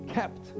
kept